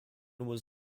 was